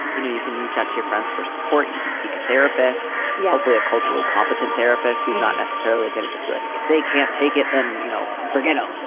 you know, you can reach out to your friends for support. you can seek a therapist, yeah hopefully a culturally competent therapist who's not necessarily going to just be like, if they can't take it, then, you know, forget um